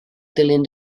dilyn